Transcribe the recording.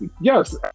Yes